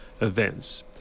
events